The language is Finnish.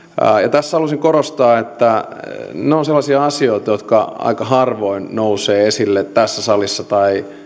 tässä haluaisin korostaa että nämä ovat sellaisia asioita jotka aika harvoin nousevat esille tässä salissa tai